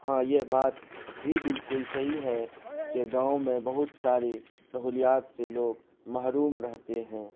ہاں یہ بات بھی بالکل صحیح ہے کہ گاؤں میں بہت ساری سہولیات سے لوگ محروم رہتے ہیں